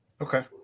Okay